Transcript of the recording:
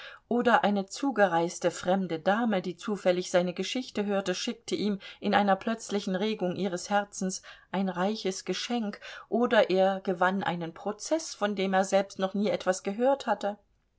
oder eine zugereiste fremde dame die zufällig seine geschichte hörte schickte ihm in einer plötzlichen regung ihres herzens ein reiches geschenk oder er gewann einen prozeß von dem er selbst noch nie etwas gehört hatte